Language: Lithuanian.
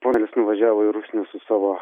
kol jis nuvažiavo į rusnę su savo